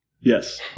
Yes